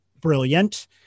brilliant